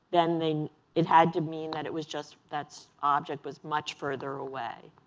then then it had to mean that it was just that object was much further away.